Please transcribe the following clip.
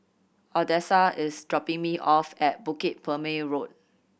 Odessa is dropping me off at Bukit Purmei Road